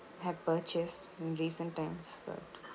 have purchased in recent times but